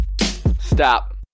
Stop